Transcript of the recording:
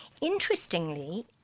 Interestingly